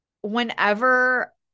whenever